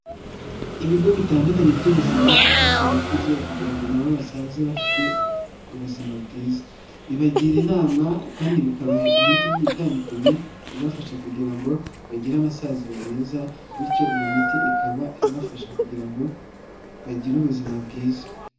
Ibigo bitandukanye by'ubuzima bifasha abakuze kugira ngo na bo basaze bafite ubuzima bwiza, bibagira inama, kandi bikabaha imiti itandukanye ibafasha kugira ngo bagire amasaziro meza, bityo iyo miti ikaba ibafasha kugira ngo bagire ubuzima bwiza.